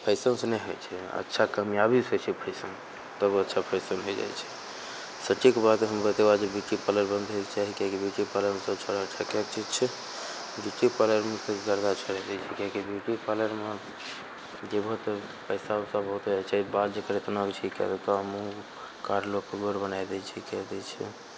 फैशनसँ नहि होइ छै अच्छा कामयाबीसँ होइ छै फैशन तब अच्छा फैशन होइ जाइ छै सटीक बात हम बतेबऽ जे ब्यूटी पार्लर बन्द होइके चाही किएक की ब्यूटी पार्लरमे सब छौराके ठकयके चीज छै ब्यूटी पार्लरमे गर्दा छोड़ा दै छै किएक कि ब्यूटी पार्लरमे जेबहो तऽ पैसा वैसा बहुत होइ छै बात जकर एतनामे ई कए देतऽ मुँह कारियोके गोर बनाय दै छै कए दै छै